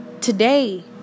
today